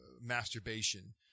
masturbation